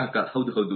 ಗ್ರಾಹಕ ಹೌದು ಹೌದು